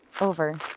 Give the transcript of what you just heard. Over